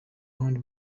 hand